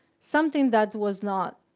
something that was not